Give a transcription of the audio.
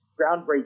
groundbreaking